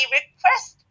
request